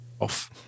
off